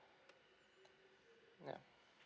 yeah